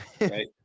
Right